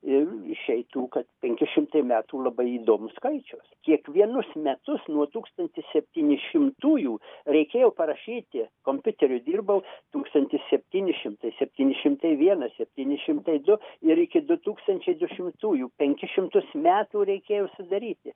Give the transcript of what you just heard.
ir išeitų kad penki šimtai metų labai įdomus skaičius kiekvienus metus nuo tūkstantis septyni šimtųjų reikėjo parašyti kompiuteriu dirbau tūkstantis septyni šimtai septyni šimtai vienas septyni šimtai du ir iki du tūkstančiai du šimtųjų penkis šimtus metų reikėjo sudaryti